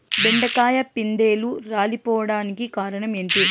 బెండకాయ పిందెలు రాలిపోవడానికి కారణం ఏంటి?